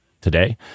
today